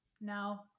No